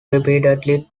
repeatedly